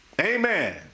Amen